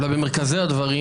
לא במרכזי הדברים,